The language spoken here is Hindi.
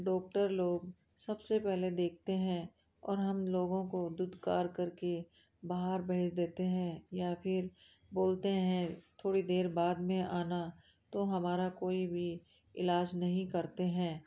डॉक्टर लोग सब से पहले देखते हैं और हम लोगों को धुतकार कर के बाहर भेज देते हैं या फिर बोलते हैं थोड़ी देर बाद में आना तो हमारा कोई भी इलाज नहीं करते हैं